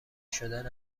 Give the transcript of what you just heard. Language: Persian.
شدن